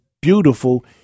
beautiful